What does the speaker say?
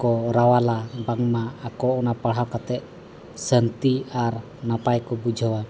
ᱠᱚ ᱨᱟᱣᱟᱞᱟ ᱵᱟᱝᱢᱟ ᱟᱠᱚ ᱚᱱᱟ ᱯᱟᱲᱦᱟᱣ ᱠᱟᱛᱮᱫ ᱥᱟᱹᱱᱛᱤ ᱟᱨ ᱱᱟᱯᱟᱭ ᱠᱚ ᱵᱩᱡᱷᱟᱹᱣᱟ